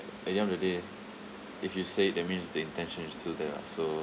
at the end of the day if you say it that means the intentions is still there ah so